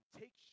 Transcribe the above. take